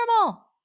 normal